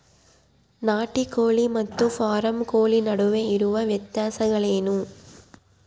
ನಾಟಿ ಕೋಳಿ ಮತ್ತು ಫಾರಂ ಕೋಳಿ ನಡುವೆ ಇರುವ ವ್ಯತ್ಯಾಸಗಳೇನು?